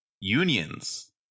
unions